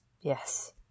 Yes